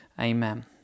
Amen